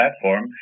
platform